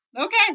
Okay